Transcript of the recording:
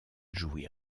jouit